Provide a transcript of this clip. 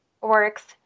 works